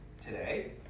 today